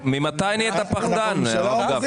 --- ממתי נהיית פחדן, הרב גפני?